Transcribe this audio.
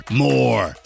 more